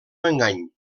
engany